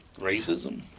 racism